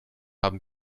haben